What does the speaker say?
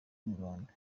inyarwanda